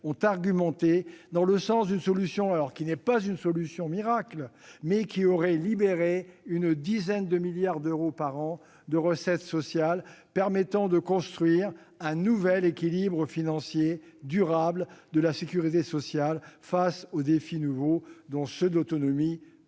ont argumenté en faveur d'une autre solution ; ce n'était pas une solution miracle, mais elle aurait libéré une dizaine de milliards d'euros de recettes sociales par an, permettant de construire un nouvel équilibre financier durable de la sécurité sociale, face aux défis nouveaux, dont ceux de l'autonomie, de